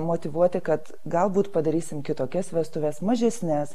motyvuoti kad galbūt padarysim kitokias vestuves mažesnes